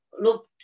look